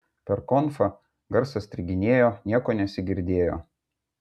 per konfą garsas striginėjo nieko nesigirdėjo